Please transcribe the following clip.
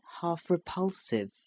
half-repulsive